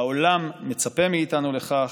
העולם מצפה מאיתנו לכך.